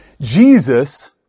Jesus